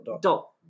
Dot